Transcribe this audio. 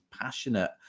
passionate